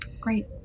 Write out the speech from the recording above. Great